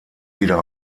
wieder